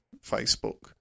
Facebook